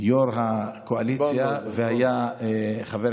יו"ר הקואליציה, דיברנו על זה.